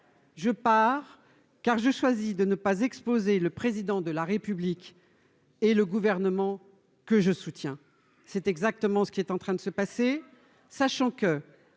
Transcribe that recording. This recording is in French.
je pars car j'ai choisi de ne pas exposer le président de la République et le gouvernement que je soutiens, c'est exactement ce qui est en train de se passer, sachant qu'un